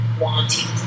wanting